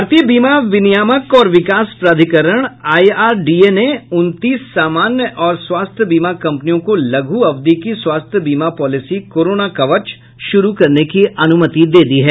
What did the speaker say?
भारतीय बीमा विनियामक और विकास प्राधिकरण आईआरडीएआई ने उनतीस सामान्य और स्वास्थ्य बीमा कंपनियों को लघु अवधि की स्वास्थ्य बीमा पॉलिसी कोरोना कवच शुरू करने की अनुमति दे दी है